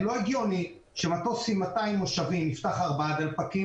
לא הגיוני שמטוס עם 200 מושבים יפתח ארבעה דלפקים